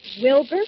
Wilbur